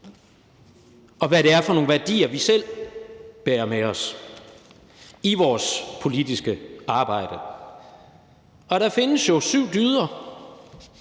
og hvad det er for nogle værdier, vi selv bærer med os i vores politiske arbejde. Og der findes jo syv dyder,